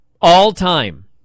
all-time